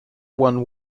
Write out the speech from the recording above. one